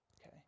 okay